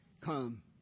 come